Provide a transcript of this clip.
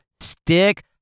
Stick